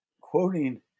quoting